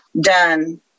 done